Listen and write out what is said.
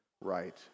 right